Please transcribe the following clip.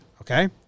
Okay